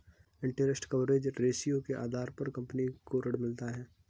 interest coverage ratio के आधार पर कंपनी को ऋण मिलता है